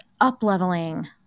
up-leveling